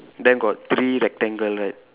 then got three rectangle right